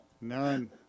None